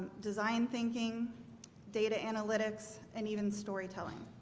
design, thinking data analytics and even storytelling